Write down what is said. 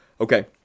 Okay